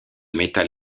métal